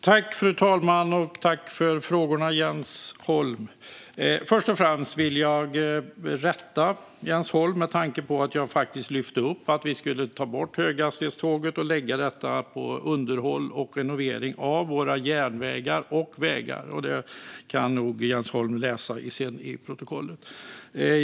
Fru talman! Jag tackar Jens Holm för frågorna. Först och främst vill jag rätta Jens Holm, med tanke på att jag faktiskt lyfte fram att vi skulle ta bort höghastighetståget och lägga medlen på underhåll och renovering av våra järnvägar och vägar. Det kan nog Jens Holm läsa sedan i protokollet.